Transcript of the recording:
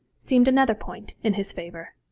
seemed another point in his favour.